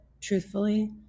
truthfully